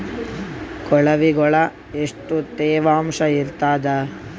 ಕೊಳವಿಗೊಳ ಎಷ್ಟು ತೇವಾಂಶ ಇರ್ತಾದ?